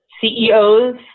CEOs